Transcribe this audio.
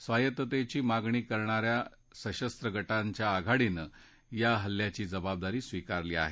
स्वायत्तेची मागणी करणाऱ्या सशस्व गटांच्या आघाडीनं या हल्ल्यांची जबाबदारी स्विकारली आहे